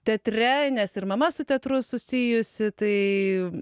teatre nes ir mama su teatru susijusi tai